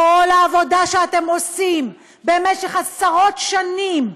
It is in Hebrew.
כל העבודה שאתם עושים במשך עשרות שנים,